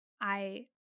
I-